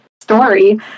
story